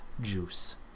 juice